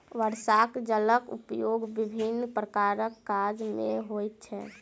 वर्षाक जलक उपयोग विभिन्न प्रकारक काज मे होइत छै